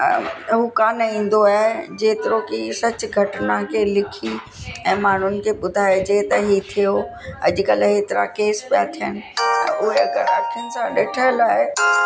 हू कान ईंदो आहे जेतिरो की सच घटना खे लिखी ऐं माण्हुनि खे ॿुधाइजे त ही थियो अॼुकल्ह हेतिरा केस पिया थियनि त हुन अखियुनि सां ॾिठलु आहे